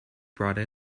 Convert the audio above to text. brought